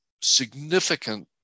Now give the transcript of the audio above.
significant